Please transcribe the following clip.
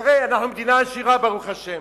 תראה, אנחנו מדינה עשירה ברוך השם,